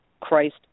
Christ